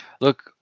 Look